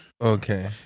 Okay